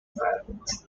islands